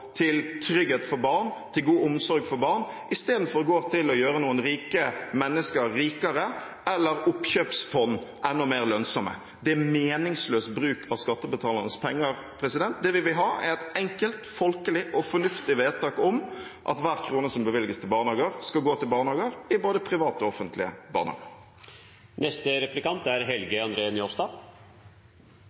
til trygghet for barn, til god omsorg for barn, isteden går til å gjøre noen rike mennesker rikere, eller oppkjøpsfond enda mer lønnsomme. Det er meningsløs bruk av skattebetalernes penger. Det vi vil ha, er et enkelt, folkelig og fornuftig vedtak om at hver krone som bevilges til barnehager, skal gå til barnehager, i både private og offentlige